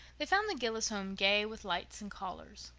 they found the gillis home gay with lights and callers.